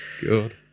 Good